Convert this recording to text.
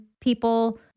people